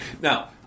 Now